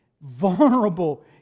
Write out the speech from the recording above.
vulnerable